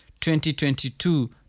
2022